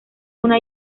una